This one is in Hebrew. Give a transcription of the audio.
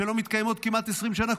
שלא מתקיימות כמעט 20 שנה,